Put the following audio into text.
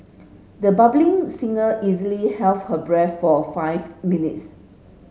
the budding singer easily her breath for five minutes